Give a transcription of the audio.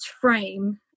frame